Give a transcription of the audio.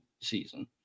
season